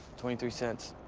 twenty three cents.